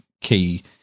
key